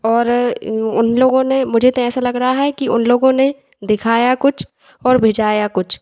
और उन लोगों ने मुझे तो ऐसा लग रहा है कि उन लोगों ने दिखाया कुछ और भेजाया कुछ